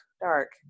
dark